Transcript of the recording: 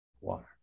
water